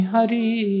Hari